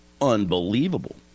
unbelievable